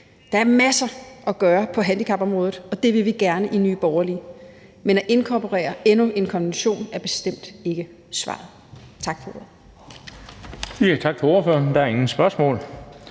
Der er masser at gøre på handicapområdet, og det vil vi gerne i Nye Borgerlige. Men at inkorporere endnu en konvention er bestemt ikke svaret. Tak for ordet.